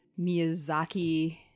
Miyazaki